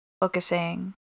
focusing